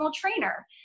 trainer